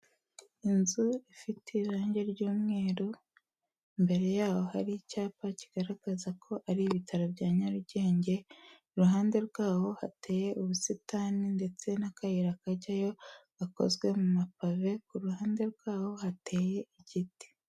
Inzu ifite irangi ry'umweru imbere yaho hari icyapa kigaragaza ko ari ibitaro bya Nyarugenge, iruhande rwaho hateye ubusitani ndetse n'akayira kajyayo gakozwe mu mapave, ku ruhande rwaho hateye igiti.